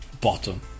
bottom